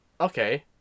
Okay